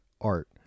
art